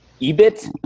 EBIT